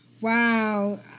wow